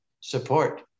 support